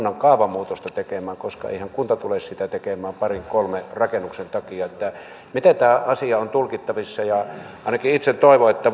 kaavamuutosta tekemään koska eihän kunta tule sitä tekemään parin kolmen rakennuksen takia miten tämä asia on tulkittavissa ainakin itse toivon että